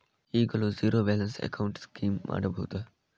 ಈಗಲೂ zero balance account scheme ಮಾಡಬಹುದಾ?